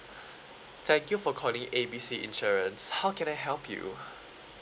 thank you for calling A B C insurance how can I help you